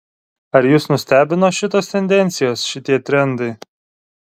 ar jus nustebino šitos tendencijos šitie trendai